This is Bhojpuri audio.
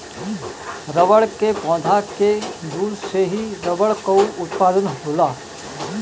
रबड़ के पौधा के दूध से ही रबड़ कअ उत्पादन होला